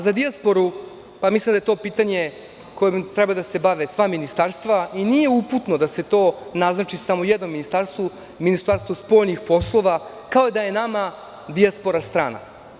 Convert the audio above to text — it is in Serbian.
Za dijasporu, mislim da je to pitanje kojim treba da se bave sva ministarstva i nije uputno da se to naznači samo jednom ministarstvu, Ministarstvu spoljnih poslova, kao da je nama dijaspora strana.